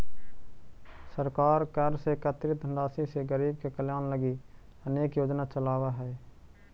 सरकार कर से एकत्रित धनराशि से गरीब के कल्याण लगी अनेक योजना चलावऽ हई